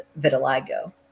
vitiligo